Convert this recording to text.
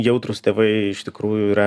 jautrūs tėvai iš tikrųjų yra